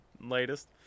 latest